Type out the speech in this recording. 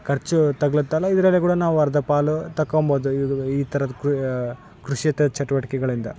ಖರ್ಚು ತಗ್ಲತ್ತಲ ಇದರಲ್ಲಿ ಕೂಡ ಅರ್ಧ ಪಾಲು ತಗೋಬೋದು ಇದು ಈ ಥರದ್ ಕ್ರು ಕೃಷಿಯೇತರ ಚಟುವಟಿಕೆಗಳಿಂದ